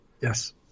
Yes